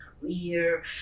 Career